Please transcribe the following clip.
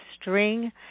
String